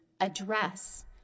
address